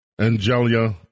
Angelia